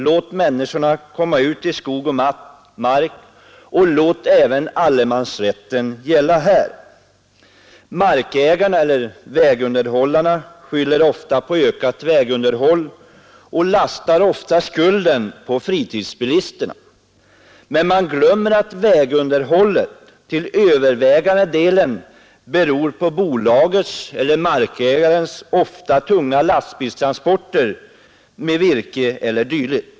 Låt människorna komma ut i skog och mark och låt allemansrätten gälla även här! Markägarna eller vägunderhållarna skyller ofta på ökat vägunderhåll och lägger ofta skulden härför på fritidsbilisterna. Men man glömmer bort att vägunderhållet till övervägande delen hänför sig till bolagens ofta tunga lastbilstransporter av virke o. d.